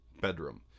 bedroom